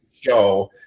show